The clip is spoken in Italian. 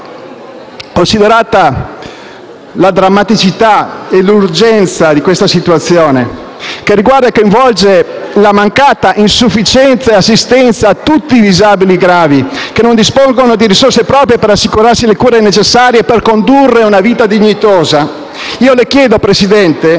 Considerata la drammaticità e l'urgenza di questa situazione, che riguarda la mancata o insufficiente assistenza a tutti i disabili gravi che non dispongono di risorse proprie per assicurarsi le cure necessarie e per condurre una vita dignitosa, chiedo al Presidente